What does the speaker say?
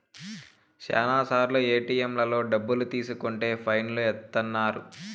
శ్యానా సార్లు ఏటిఎంలలో డబ్బులు తీసుకుంటే ఫైన్ లు ఏత్తన్నారు